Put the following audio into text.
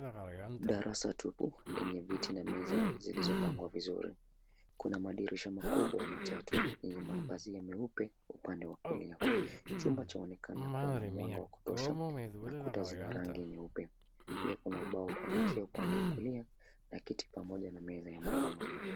Darasa tupu lenye viti na meza zilizopangwa vizuri. Kuna madirisha makubwa matatu yenye mapazia meupe upande wa kulia. Chumba chaonekana kuwa na mwanga wa kutosha na kuta zina rangi nyeupe. Pia kuna ubao wa kuandikia upande wa kulia na kiti pamoja na meza ya mwalimu.